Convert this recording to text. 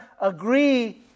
agree